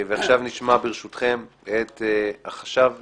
ועכשיו נשמע ברשותכם את חשב הכנסת.